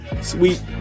sweet